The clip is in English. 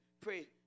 pray